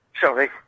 Sorry